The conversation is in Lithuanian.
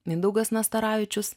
mindaugas nastaravičius